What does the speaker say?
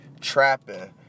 trapping